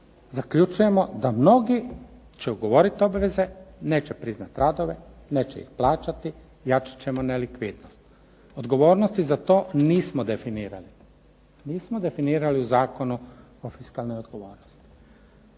zaključujemo da mnogi će ugovoriti obveze, neće priznati radove, neće ih plaćati, jačat ćemo nelikvidnost. Odgovornosti za to nismo definirali. Nismo definirali u Zakonu o fiskalnoj odgovornosti.